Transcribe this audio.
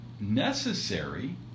necessary